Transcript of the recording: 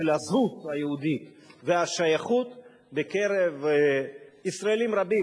של הזהות היהודית והשייכות בקרב ישראלים רבים.